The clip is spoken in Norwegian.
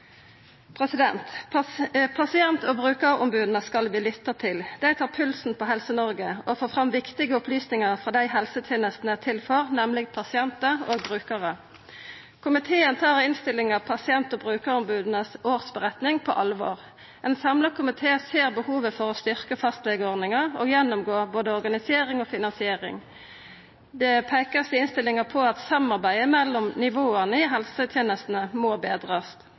Pasient- og brukaromboda skal vi lytta til. Dei tar pulsen på Helse-Noreg og får fram viktige opplysningar frå dei som helsetenestene er til for, nemleg pasientar og brukarar. Komiteen tar i innstillinga pasient- og brukaromboda si årsmelding på alvor. Ein samla komité ser behovet for å styrkja fastlegeordninga og gjennomgå både organisering og finansiering. Det vert i innstillinga peikt på at samarbeidet mellom nivåa i helsetenestene må betrast.